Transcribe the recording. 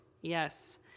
Yes